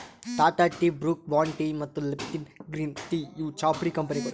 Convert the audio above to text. Tata tea, Brooke Bond tea ಮತ್ತ್ Lipton green tea ಇವ್ ಚಾಪುಡಿ ಕಂಪನಿಗೊಳ್